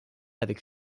avec